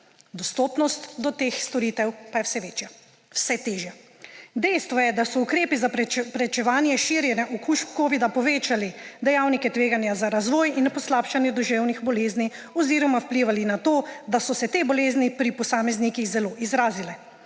dostopnost do teh storitev pa je vse večja, vse težja. Dejstvo je, da so ukrepi za preprečevanje širjenja okužb covida povečali dejavnike tveganja za razvoj in za poslabšanje duševnih bolezni oziroma vplivali na to, da so se te bolezni pri posameznikih zelo izrazile.